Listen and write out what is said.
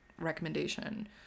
recommendation